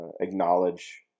acknowledge